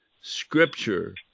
scripture